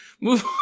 move